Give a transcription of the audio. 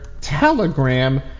Telegram